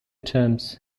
terms